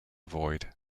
void